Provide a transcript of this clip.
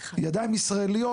ידיים ישראליות,